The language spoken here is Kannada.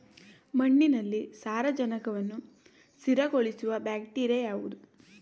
ಮಣ್ಣಿನಲ್ಲಿ ಸಾರಜನಕವನ್ನು ಸ್ಥಿರಗೊಳಿಸುವ ಬ್ಯಾಕ್ಟೀರಿಯಾ ಯಾವುದು?